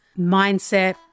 mindset